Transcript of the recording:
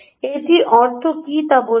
এটির অর্থ কী তা বোঝায়